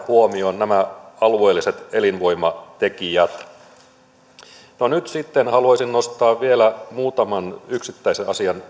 huomioon alueelliset elinvoimatekijät haluaisin nostaa vielä muutaman yksittäisen asian